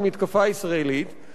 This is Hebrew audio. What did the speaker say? מתקפה ישראלית תתרחש,